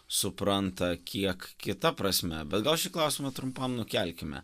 supranta kiek kita prasme bet gal šį klausimą trumpam nukelkime